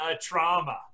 trauma